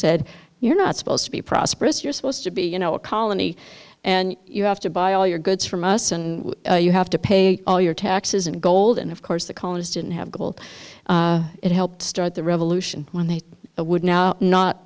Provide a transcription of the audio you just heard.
said you're not supposed to be prosperous you're supposed to be you know a colony and you have to buy all your goods from us and you have to pay all your taxes and gold and of course the colonies didn't have gold it helped start the revolution when they would now no